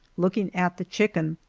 looking at the chicken.